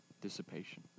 dissipation